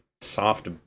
soft